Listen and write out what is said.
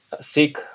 seek